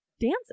dancing